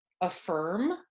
affirm